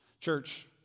Church